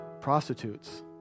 prostitutes